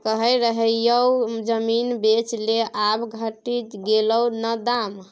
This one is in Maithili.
कहय रहियौ जमीन बेच ले आब घटि गेलौ न दाम